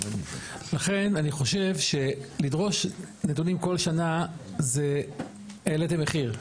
לכן אני חושב שלדרוש נתונים כל שנה זה העליתם מחיר,